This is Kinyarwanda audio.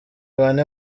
bane